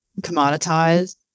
commoditized